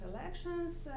elections